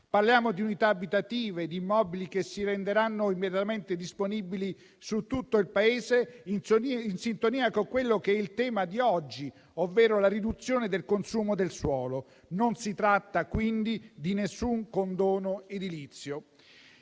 Parliamo di unità abitative e di immobili che si renderanno immediatamente disponibili su tutto il Paese, in sintonia con quello che è il tema di oggi, ovvero la riduzione del consumo del suolo. Non si tratta quindi di alcun condono edilizio.